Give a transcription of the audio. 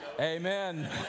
Amen